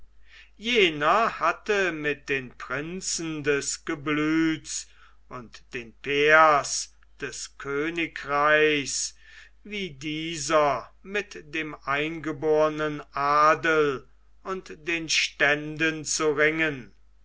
jener hatte mit den prinzen des geblüts und den pairs des königreichs wie dieser mit dem eingebornen adel und den ständen zu ringen